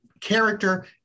character